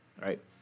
right